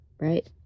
right